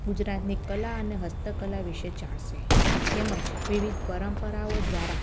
ગુજરાતની કલા અને હસ્તકલા વિશે જાણશે તેમજ વિવિધ પરંપરાઓ દ્વારા